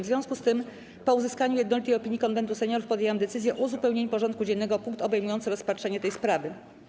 W związku z tym, po uzyskaniu jednolitej opinii Konwentu Seniorów, podjęłam decyzję o uzupełnieniu porządku dziennego o punkt obejmujący rozpatrzenie tej sprawy.